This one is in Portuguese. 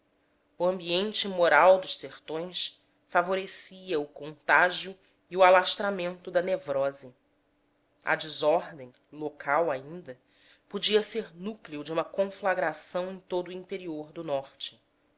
o ambiente moral dos sertões favorecia o contágio e o alastramento da neurose a desordem local ainda podia ser núcleo de uma conflagração em todo o interior do norte